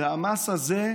והמס הזה,